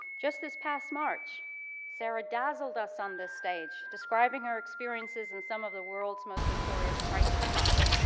just this past march sarah dazzled us on this stage describing her experiences in some of the world's most notorious crisis spots.